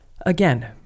again